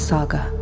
Saga